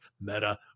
meta